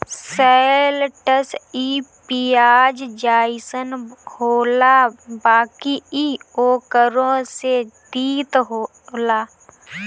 शैलटस इ पियाज जइसन होला बाकि इ ओकरो से तीत होला